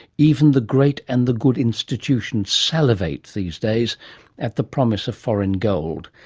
even the great and the good institutions salivate these days at the promise of foreign gold.